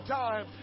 time